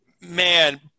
man